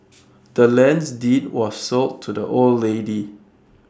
the land's deed was sold to the old lady